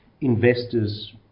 investors